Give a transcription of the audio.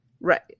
Right